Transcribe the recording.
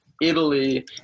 Italy